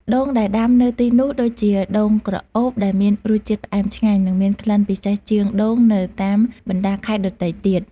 ដូងដែលដាំនៅទីនោះដូចជា ដូងក្រអូប ដែលមានរសជាតិផ្អែមឆ្ងាញ់ និងមានក្លិនពិសេសជាងដូងនៅតាមបណ្ដាខេត្តដទៃទៀត។